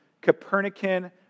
Copernican